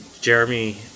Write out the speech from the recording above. Jeremy